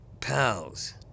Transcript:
pals